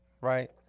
Right